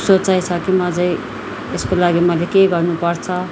सोचाइ छ कि म अझ यसको लागि मैले केही गर्नु पर्छ